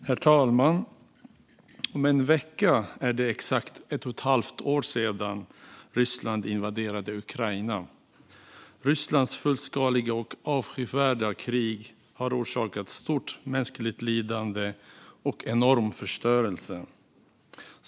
Herr talman! Om en vecka är det exakt ett och ett halvt år sedan Ryssland invaderade Ukraina. Rysslands fullskaliga och avskyvärda krig har orsakat stort mänskligt lidande och enorm förstörelse.